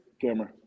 camera